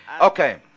Okay